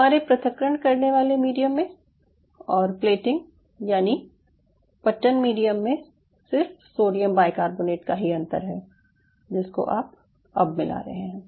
हमारे पृथक्करण करने वाले मीडियम में और प्लेटिंग यानि पट्टन मीडियम में सिर्फ सोडियम बाईकार्बोनेट का ही अंतर है जिसको आप अब मिला रहे हैं